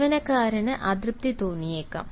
ജീവനക്കാരന് അതൃപ്തി തോന്നിയേക്കാം